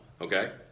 okay